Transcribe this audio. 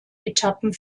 etappen